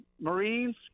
Marines